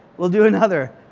we'll do another.